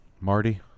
Marty